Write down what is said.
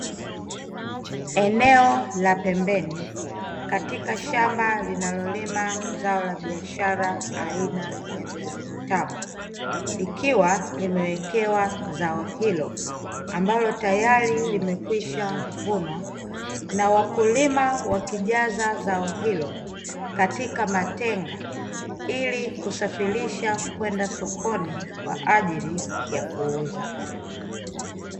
Eneo la pembeni katika shamba, linalo lima zao la biashara aina ya viazi vitamu, likiwa limewekewa zao hilo ambalo tiyari limekwisha vunwa na wakulima wakizaja zao hilo katika matenga ili kusafirisha kwenda sokoni kwa ajili ya kuuza.